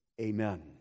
Amen